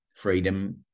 Freedom